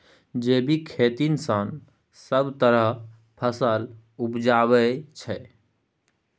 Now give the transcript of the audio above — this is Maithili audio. जैबिक खेती सँ सब तरहक फसल उपजै छै